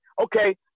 okay